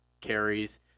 carries